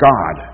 God